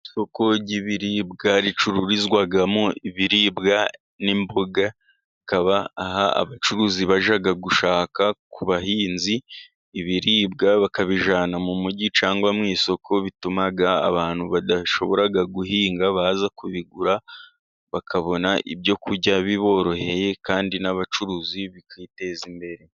Isoko ry' ibiribwa ricururizwamo ibiribwa n'imboga, hakaba abacuruzi bajya gushaka ku bahinzi ibiribwa bakabijyana mu mujyi cyangwa mu isoko bituma abantu badashobora guhinga baza kubigura, bakabona ibyo kurya biboroheye kandi n'abacuruzikiteza imbere.